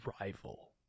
rival